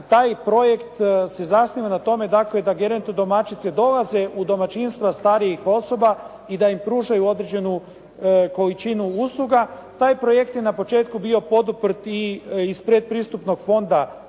Taj projekt se zasniva na tome dakle da gerontodomaćice dolaze u domaćinstva starijih osoba i da im pružaju određenu količinu usluga. Taj projekt je na početku bio poduprt iz Predpristupnog fonda